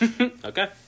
Okay